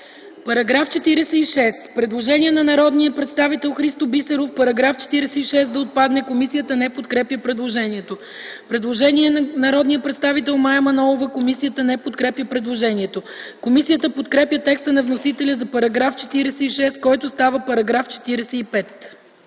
По § 48 има предложение от народния представител Христо Бисеров -§ 48 да отпадне. Комисията не подкрепя предложението. Предложение на народния представител Мая Манолова. Комисията не подкрепя предложението. Комисията подкрепя текста на вносителя за § 48, който става § 47.